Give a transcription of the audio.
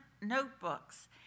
notebooks